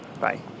Bye